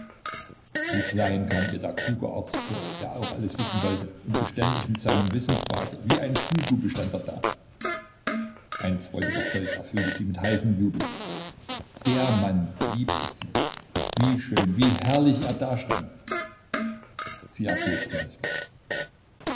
wie klein kam ihr der kluge arzt vor der auch alles wissen wollte und beständig mit seinem wissen prahlte wie ein schulbube stand er da ein freudiger stolz erfüllte sie mit heißem jubel der mann liebte sie wie schön wie herrlich er dastand sie erbebte heftig